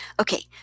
Okay